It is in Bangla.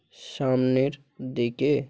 সামনের দিকে